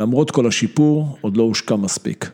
‫למרות כל השיפור, עוד לא הושקע מספיק.